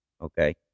Okay